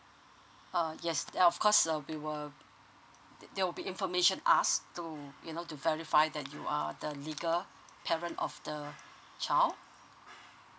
uh yes of course uh we were uh there will be information ask to um you know to verify that you err the legal parents of the child